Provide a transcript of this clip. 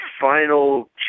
final